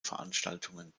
veranstaltungen